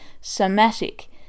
somatic